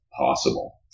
possible